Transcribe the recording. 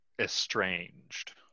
estranged